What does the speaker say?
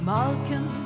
Malcolm